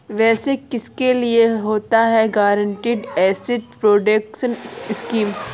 वैसे किसके लिए होता है गारंटीड एसेट प्रोटेक्शन स्कीम?